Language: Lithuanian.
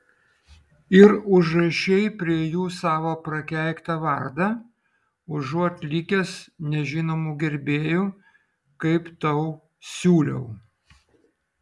ir užrašei prie jų savo prakeiktą vardą užuot likęs nežinomu gerbėju kaip tau siūliau